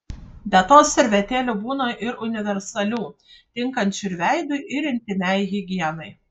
be to servetėlių būna ir universalių tinkančių ir veidui ir intymiai higienai